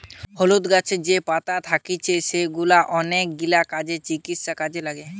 হলুদ গাছের যে পাতা থাকতিছে সেগুলা অনেকগিলা কাজে, চিকিৎসায় কাজে লাগে